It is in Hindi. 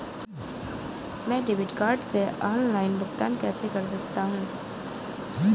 मैं डेबिट कार्ड से ऑनलाइन भुगतान कैसे कर सकता हूँ?